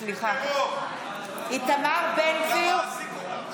בעד יאיר גולן,